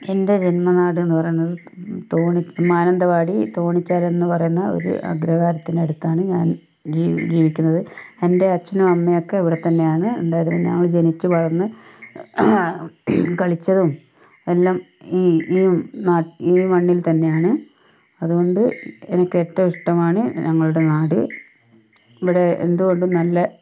എന്റെ ജന്മ നാടെന്ന് പറയുന്നത് തോണി മാനന്തവാടി തോണിച്ചാലെന്ന് പറയുന്ന ഒരു അഗ്രഹാരത്തിനടുത്താണ് ഞാൻ ജീവി ജീവിക്കുന്നത് എന്റെ അച്ഛനും അമ്മയൊക്കെ ഇവിടെത്തന്നെയാണ് ജനിച്ച് വളർന്ന് കളിച്ചതും എല്ലാം ഈ ഈ ഈ മണ്ണിൽ തന്നെയാണ് അതുകൊണ്ട് എനിക്കേറ്റവും ഇഷ്ടമാണ് ഞങ്ങളുടെ നാട് ഇവിടെ എന്തുകൊണ്ടും നല്ല